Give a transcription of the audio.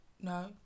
no